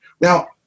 Now